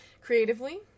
creatively